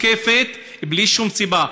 תוקפת בלי שום סיבה.